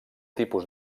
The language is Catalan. tipus